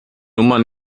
nummer